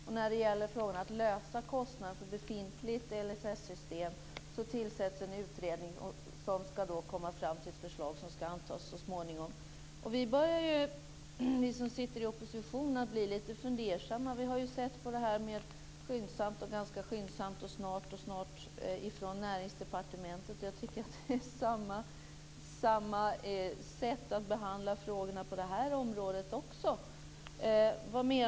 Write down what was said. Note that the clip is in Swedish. Och när det gäller att finna en lösning beträffande kostnader för befintligt LSS-system tillsätts en utredning som skall komma fram till ett förslag som skall antas så småningom. Vi som sitter i opposition börjar ju bli lite fundersamma. Vi har hört det här med skyndsamt, ganska skyndsamt och snart från Näringsdepartementet. Jag tycker att frågorna behandlas på samma sätt på det här området också.